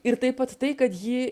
ir taip pat tai kad ji